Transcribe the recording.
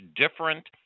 different